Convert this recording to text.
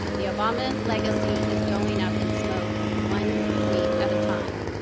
the obama legacy is going up in smoke, one tweet at a time.